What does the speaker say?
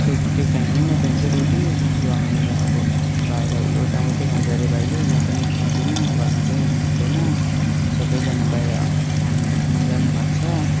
फेरि त्यो फ्याँक्नै मात्रै हुन्छ रोटी के गर्नु र अब भाइलाई एउटा मात्रै खान्छ हरे भाइले म पनि खाँदिन घरमा कोही हुनुहुँदैन सबैजना बाहिर काममा जानु भएको छ